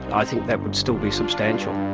i think that would still be substantial.